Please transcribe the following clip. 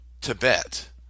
Tibet